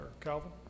Calvin